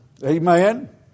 Amen